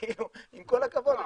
כאילו עם כל הכבוד,